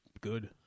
Good